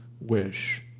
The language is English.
wish